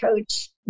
coach